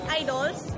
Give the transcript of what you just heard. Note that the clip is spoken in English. idols